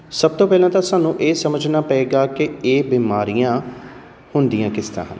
ਸਭ ਤੋਂ ਪਹਿਲਾਂ ਤਾਂ ਸਾਨੂੰ ਇਹ ਸਮਝਣਾ ਪਏਗਾ ਕਿ ਇਹ ਬਿਮਾਰੀਆਂ ਹੁੰਦੀਆਂ ਕਿਸ ਤਰ੍ਹਾਂ ਹਨ